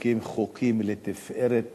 מחוקקים חוקים לתפארת